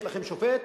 יש לכם שופט,